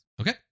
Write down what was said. Okay